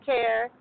Care